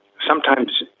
sometimes,